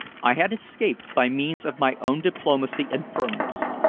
i had escaped by means of my own diplomacy and firmness.